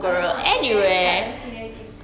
I don't know ah chill eh kejap let me think let me think